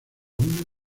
una